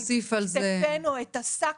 נוסיף על זה את השק